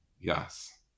yes